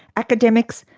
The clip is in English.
academics,